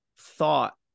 thought